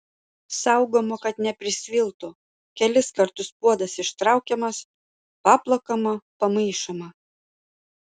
saugoma kad neprisviltų kelis kartus puodas ištraukiamas paplakama pamaišoma